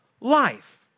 life